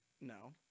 No